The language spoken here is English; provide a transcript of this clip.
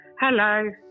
Hello